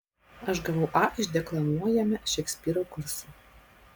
aš gavau a iš deklamuojame šekspyrą kurso